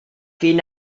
fin